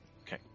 Okay